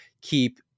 keep